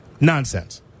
Nonsense